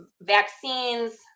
vaccines